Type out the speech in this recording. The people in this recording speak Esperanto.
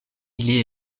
ili